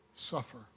suffer